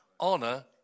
honor